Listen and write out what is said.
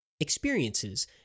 Experiences